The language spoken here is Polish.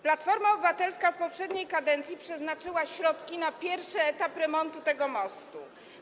Platforma Obywatelska w poprzedniej kadencji przeznaczyła środki na pierwszy etap remontu tego mostu.